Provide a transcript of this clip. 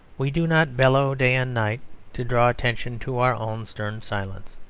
we do not bellow day and night to draw attention to our own stern silence.